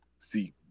See